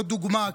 עוד דוגמה,